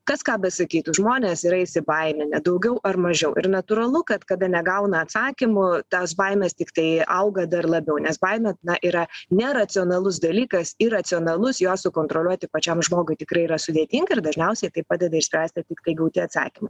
kas ką besakytų žmonės yra įsibaiminę daugiau ar mažiau ir natūralu kad kada negauna atsakymo tos baimės tiktai auga dar labiau nes baimė yra neracionalus dalykas iracionalus jos sukontroliuoti pačiam žmogui tikrai yra sudėtinga ir dažniausiai tai padeda išspręsti tiktai gauti atsakymai